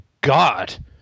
god